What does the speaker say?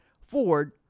Ford